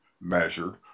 measured